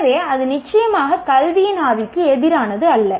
எனவே அது நிச்சயமாக கல்வியின் மனநிலைக்கு எதிரானது அல்ல